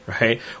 Right